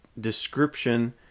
description